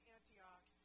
Antioch